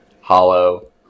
hollow